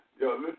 yo